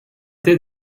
did